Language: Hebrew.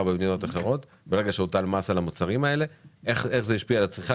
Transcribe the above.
במדינות אחרות ברגע שהוטל מס על המוצרים האלה ואיך זה השפיע על הצריכה.